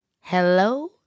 Hello